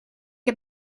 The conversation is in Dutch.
heb